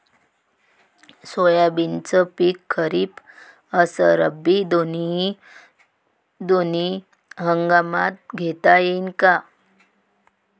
सोयाबीनचं पिक खरीप अस रब्बी दोनी हंगामात घेता येईन का?